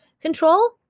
control